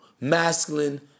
masculine